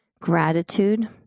gratitude